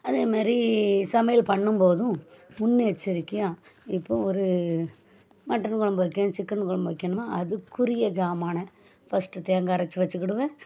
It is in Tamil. அதேமாதிரி சமையல் பண்ணும் போதும் முன்னெச்சரிக்கையாக இப்போது ஒரு மட்டன் கொழம்பு வைக்கிறேன் சிக்கென் கொழம்பு வைக்கணும்னா அதுக்குரிய சாமான ஃபஸ்ட்டு தேங்காய் அரைத்து வச்சிக்குவேன்